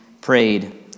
prayed